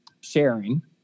sharing